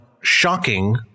shocking